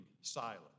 silent